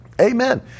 Amen